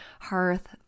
hearth